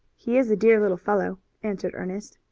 he is a dear little fellow, answered ernest.